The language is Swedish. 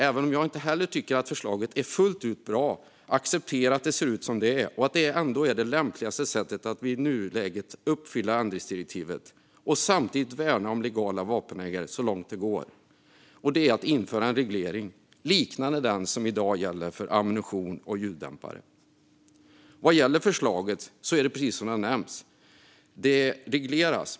Även om inte heller jag tycker att förslaget är fullt ut bra kan jag acceptera att det ser ut som det gör och att det lämpligaste sättet att i nuläget uppfylla ändringsdirektivet och samtidigt värna om legala vapenägare så långt det går är att införa en reglering liknande den som i dag gäller för ammunition och ljuddämpare. Förslaget är, som har nämnts tidigare, en fråga om reglering.